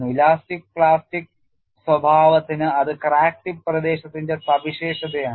elastic plastic സ്വഭാവത്തിന് അത് crack tip പ്രദേശത്തിന്റെ സവിശേഷത ആണ്